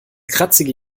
kratzige